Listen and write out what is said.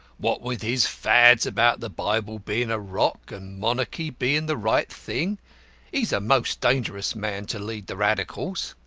what with his fads about the bible being a rock, and monarchy being the right thing, he is a most dangerous man to lead the radicals.